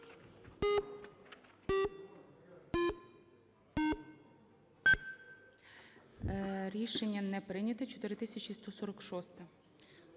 Рішення не прийнято. 4147-а.